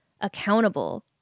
accountable